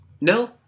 No